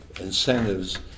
incentives